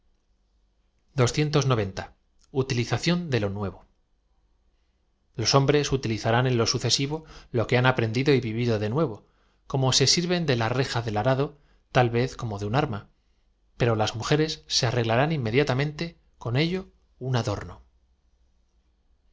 utilización de lo nuevo los hombres utilizarán en lo sucesivo lo que han aprendido vivid o de nuevo como se sirven de la reja del arado ta l v e z como de un arm a pero las muferes se arreglarán inmediatamente con ello un adorno